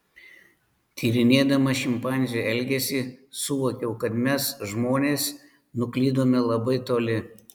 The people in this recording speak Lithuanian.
tyrinėdama šimpanzių elgesį suvokiau kad mes žmonės nuklydome labai toli